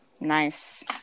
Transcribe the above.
Nice